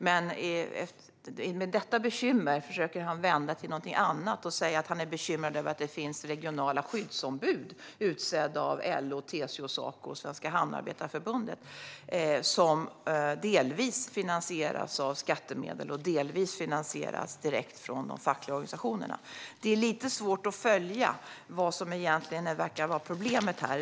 Men detta bekymmer försöker han vända till någonting annat genom att säga att han är bekymrad över att det finns regionala skyddsombud utsedda av LO, TCO, Saco och Svenska hamnarbetarförbundet som delvis finansieras av skattemedel och delvis finansieras direkt av de fackliga organisationerna. Det är lite svårt att följa vad som egentligen skulle vara problemet här.